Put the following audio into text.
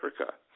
Africa